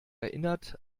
erinnert